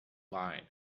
line